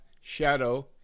shadow